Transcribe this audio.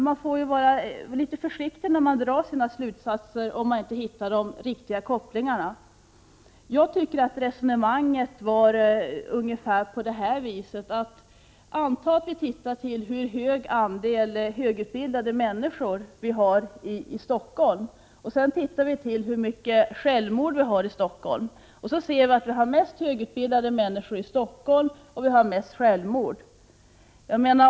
Man får vara litet försiktig när man drar sina slutsatser, om man inte hittar de riktiga kopplingarna. Roséns resonemang var av ungefär den här typen: Anta att vi tittar på hur hög andel högutbildade människor det finns i Stockholm och sedan hur många självmord som begås där. Då ser vi att det är mest högutbildade människor i Stockholm och mest självmord.